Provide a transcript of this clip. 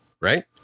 right